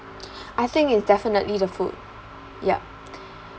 I think is definitely the food yup